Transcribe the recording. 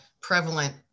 prevalent